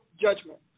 judgment